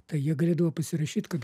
tai jie galėdavo pasirašyt kad